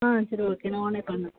ஆ சரி ஓகே நானே